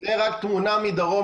זה רק תמונה מדרום,